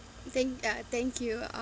think uh thank you